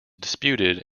disputed